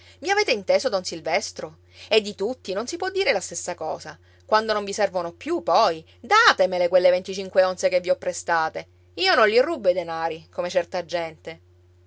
i avete inteso don silvestro e di tutti non si può dire la stessa cosa quando non vi servono più poi datemele quelle venticinque onze che vi ho prestate io non li rubo i denari come certa gente